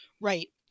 Right